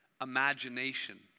imagination